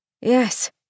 Yes